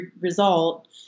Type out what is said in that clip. result